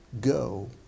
Go